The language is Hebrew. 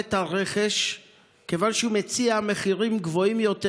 ביכולת הרכש כיוון שהוא מציע מחירים גבוהים יותר